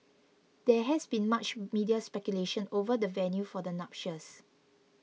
there has been much media speculation over the venue for the nuptials